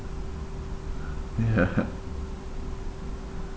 ya